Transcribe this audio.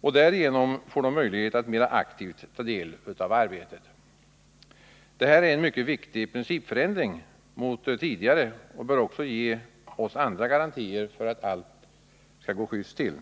och därigenom får de möjlighet att mera aktivt ta del av arbetet. Det här är en mycket viktig principförändring mot tidigare och bör också ge oss andra garantier för att allt går just till.